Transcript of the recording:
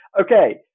Okay